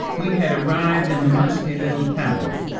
we had arrived in the musty little town,